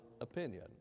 opinion